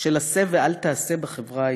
של עשה ואל תעשה בחברה הישראלית".